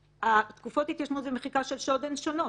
תקופות ההתיישנות ומחיקה של שוד הן שונות,